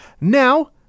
Now